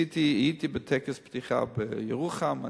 הייתי בטקס פתיחה בירוחם,